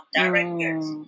directors